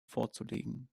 vorzulegen